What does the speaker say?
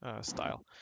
style